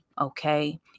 Okay